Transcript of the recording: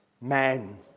men